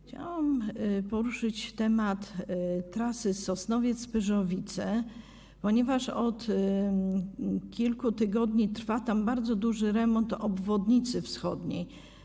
Chciałam poruszyć temat trasy Sosnowiec - Pyrzowice, ponieważ od kilku tygodni trwa tam bardzo duży remont obwodnicy wschodniej.